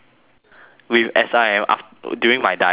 with S_I_M af~ during my diarrhoea time